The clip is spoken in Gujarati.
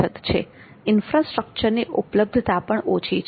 ઇન્ફ્રાસ્ટ્રક્ચરની ઉપલબ્ધતાં પણ ઓછી છે